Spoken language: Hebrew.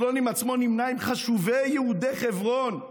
סלונים עצמו נמנה עם חשובי יהודי חברון.